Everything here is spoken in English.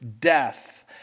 death